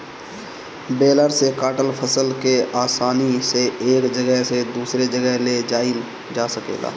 baler से काटल फसल के आसानी से एक जगह से दूसरे जगह ले जाइल जा सकेला